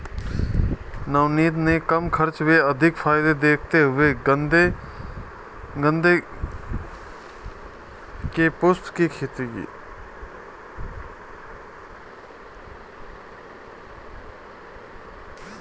नवनीत ने कम खर्च व अधिक फायदे देखते हुए गेंदे के पुष्पों की खेती की